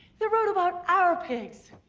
they wrote about our pigs!